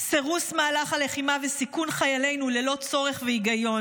סירוס מהלך הלחימה וסיכול חיילנו ללא צורך והיגיון.